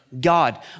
God